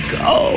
go